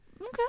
okay